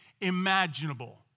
imaginable